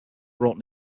brought